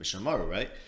right